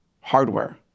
hardware